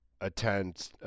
attend